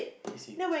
he say